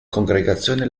congregazione